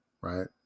right